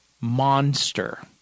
monster